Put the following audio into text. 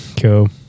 cool